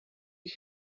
you